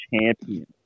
champion